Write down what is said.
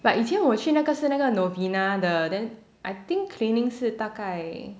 but 以前我去是那个 novena 的 then I think cleaning 是大概